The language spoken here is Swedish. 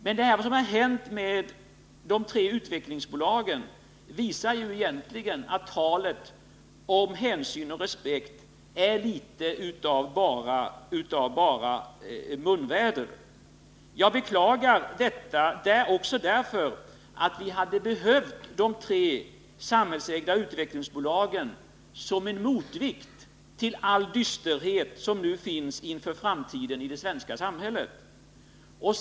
Men vad som har hänt med de tre utvecklingsbolagen visar att talet om hänsyn och respekt egentligen är bara munväder. Jag beklagar detta — också därför att vi hade behövt de tre samhällsägda utvecklingsbolagen som en motvikt till all dysterhet som nu finns inför framtiden i det svenska samhället.